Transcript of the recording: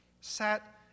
sat